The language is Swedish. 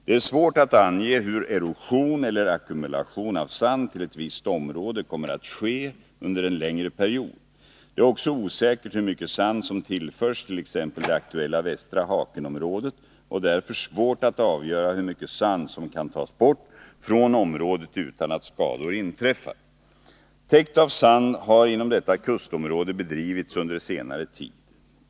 Det är svårt att ange hur erosion eller ackumulation av sand till ett visst område kommer att ske under en längre period. Det är också osäkert hur mycket sand som tillförs t.ex. det aktuella Västra Haken-området och därför svårt att avgöra hur mycket sand som kan tas bort från området utan att skador inträffar. Täkt av sand har inom detta kustområde bedrivits under senare tid.